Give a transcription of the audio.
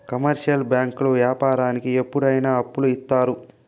commercial బ్యాంకులు వ్యాపారానికి ఎప్పుడు అయిన అప్పులు ఇత్తారు